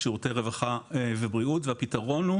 שירותי הרווחה ושירותי הבריאות והפתרון הוא